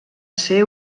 ser